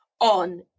on